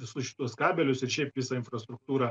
visus šituos kabelius ir šiaip visą infrastruktūrą